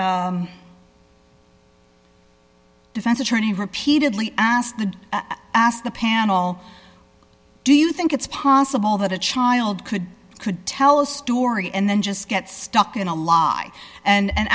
the defense attorney repeatedly asked the ask the panel do you think it's possible that a child could could tell a story and then just get stuck in a lie and